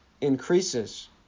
increases